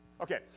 Okay